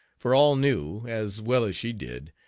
for all knew, as well as she did,